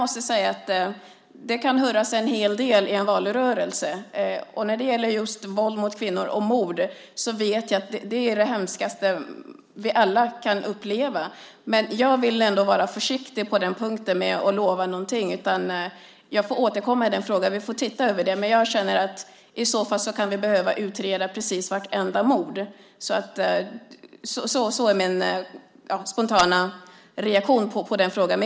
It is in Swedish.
Visst kan det hurras mycket i en valrörelse, och våld mot kvinnor och mord är det hemskaste vi alla kan uppleva, men jag vill ändå vara försiktig med att lova något. Jag får återkomma när vi har sett på den frågan. Det kan innebära att vi i så fall kan behöva utreda precis vartenda mord. Det är min spontana reaktion.